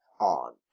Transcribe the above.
on